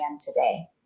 today